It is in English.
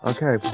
Okay